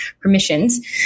permissions